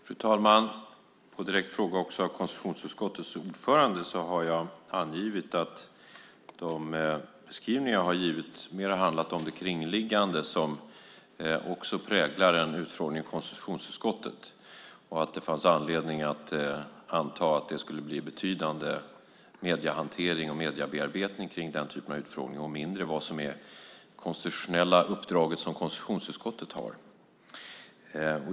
Fru talman! Som svar på en direkt fråga av konstitutionsutskottets ordförande har jag angivit att de beskrivningar jag har givit mer har handlat om det kringliggande, som också präglar en utfrågning i konstitutionsutskottet. Det fanns anledning att anta att det skulle bli betydande mediehantering och mediebearbetning kring den typen av utfrågningar och att det mindre skulle handla om det konstitutionella uppdrag som konstitutionsutskottet har.